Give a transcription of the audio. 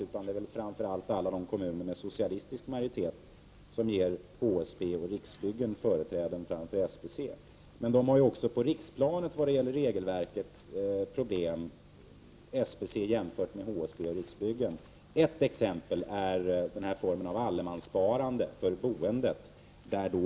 Det är väl framför allt alla de kommuner med socialistisk majoritet som ger HSB och Riksbyggen företräde framför SBC som är problemet. Men SBC har också på riksplanet problem vad gäller regelverket, jämfört med HSB och Riksbyggen. Ett exempel är formen av allemanssparande till boendet.